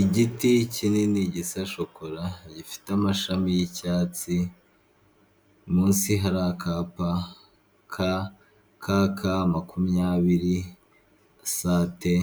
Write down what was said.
Igiti kinini gisa shokora gifite amashami y'icyatsi munsi hari akapa ka kaka makumyabiri sate,